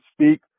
speak